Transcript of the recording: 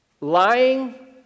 Lying